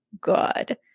good